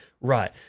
right